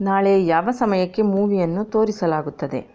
ನಾಳೆ ಯಾವ ಸಮಯಕ್ಕೆ ಮೂವಿಯನ್ನು ತೋರಿಸಲಾಗುತ್ತದೆ